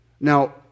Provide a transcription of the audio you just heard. Now